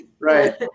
Right